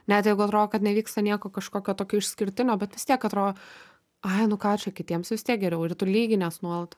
net jeigu atrodo kad nevyksta nieko kažkokio tokio išskirtinio bet vis tiek atrodo ai nu ką čia kitiems vis tiek geriau ir tu lyginies nuolat